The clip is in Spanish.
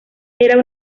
era